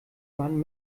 man